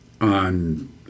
on